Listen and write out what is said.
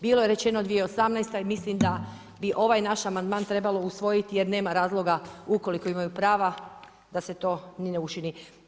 Bilo je rečeno 2018. i mislim da bi ovaj naš amandman trebalo usvojiti jer nema razloga, ukoliko imaju prava da se to ne učini.